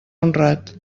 honrat